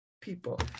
people